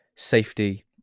Safety